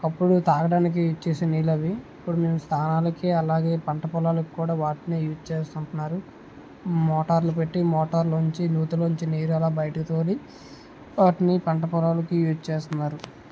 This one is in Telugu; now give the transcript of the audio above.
అప్పుడు తాగడానికి యూజ్ చేసే నీళ్ళు అవి ఇప్పుడు మేము స్నానాలకి అలాగే పంట పొలాలకు కూడా వాటినే యూజ్ చేసుకుంటున్నారు మోటార్లు పెట్టి మోటార్ల నుంచి నూతిలోంచి నీరు అలా బయటికి తోడి వాటిని పంట పొలాలకి యూజ్ చేస్తున్నారు